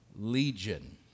legion